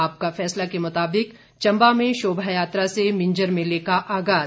आपका फैसला के मुताबिक चंबा में शोभायात्रा से मिंजर मेले का आगाज